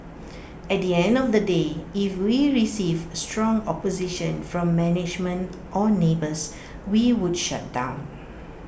at the end of the day if we received strong opposition from management or neighbours we would shut down